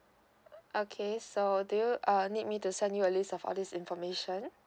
okay so do you err need me to send you a list of all this information